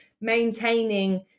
maintaining